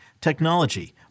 technology